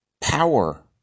power